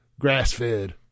grass-fed